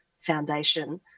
Foundation